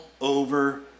over